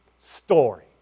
story